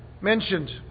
mentioned